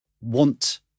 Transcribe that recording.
want